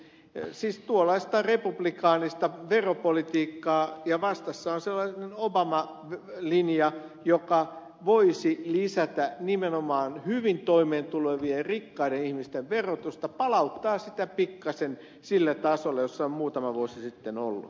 se on ollut siis tuollaista republikaanista veropolitiikkaa ja vastassa on sellainen obama linja joka voisi lisätä nimenomaan hyvin toimeentulevien ja rikkaiden ihmisten verotusta palauttaa sitä pikkasen sille tasolle jolla se on muutama vuosi sitten ollut